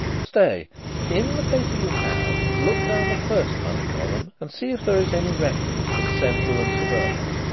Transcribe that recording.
stay in the paper you have, look down the first money column and see if there is any reference to the central and suburban.